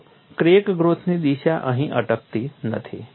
જુઓ ક્રેક ગ્રોથની દિશા અહીં અટકતી નથી